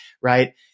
right